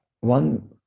one